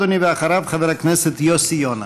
בבקשה, אדוני, ואחריו, חבר הכנסת יוסי יונה.